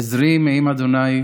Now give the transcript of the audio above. עזרי מעם ה'